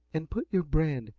and put your brand,